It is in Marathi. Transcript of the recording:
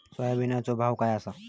सोयाबीनचो भाव काय आसा?